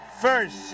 first